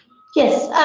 yes.